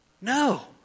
No